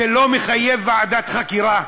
זה לא מחייב ועדת חקירה?